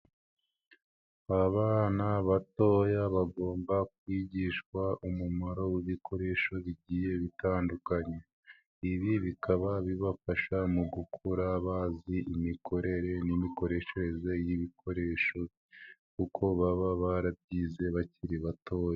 Abana batoya bagomba kwigishwa umumaro w'ibikoresho bigiye bitandukanye. Ibi bikaba bibafasha mu gukura bazi imikorere n'imikoreshereze y'ibikoresho kuko baba barabyize bakiri batoya.